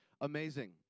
Amazing